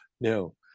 no